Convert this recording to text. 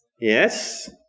Yes